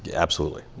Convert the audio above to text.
absolutely.